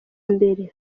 imbere